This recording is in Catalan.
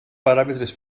paràmetres